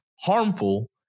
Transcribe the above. harmful